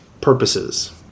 purposes